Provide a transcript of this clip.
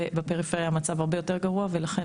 ובפריפריה המצב הרבה יותר גרוע ולכן